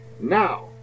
now